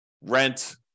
rent